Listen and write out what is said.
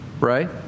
right